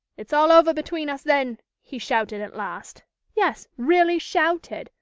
it's all over between us then? he shouted at last yes, really shouted,